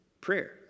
prayer